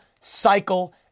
cycle